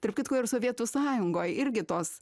tarp kitko ir sovietų sąjungoj irgi tos